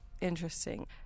interesting